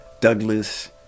Douglas